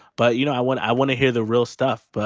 but, you know, i want i want to hear the real stuff, but